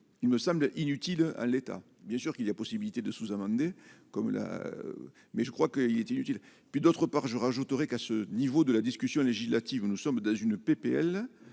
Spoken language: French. il me semble inutile à l'État bien sûr qu'il y a possibilité de sous-amender comme la mais je crois qu'il est inutile, puis, d'autre part je rajouterais qu'à ce niveau de la discussion législative, nous sommes dans une PPL